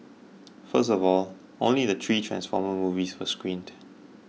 first of all only the three Transformer movies were screened